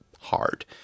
hard